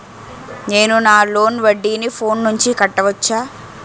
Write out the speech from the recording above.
నేను నా లోన్ వడ్డీని ఫోన్ నుంచి కట్టవచ్చా?